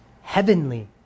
Heavenly